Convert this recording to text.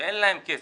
שאין להם כסף.